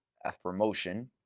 for motion.